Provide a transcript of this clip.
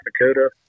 Dakota